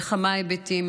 לכמה היבטים.